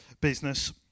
business